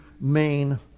main